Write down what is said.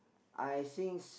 I sings